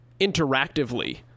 interactively